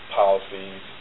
policies